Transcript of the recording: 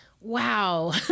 wow